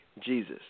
Jesus